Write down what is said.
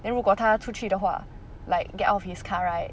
then 如果他出去的话 like get out of his car right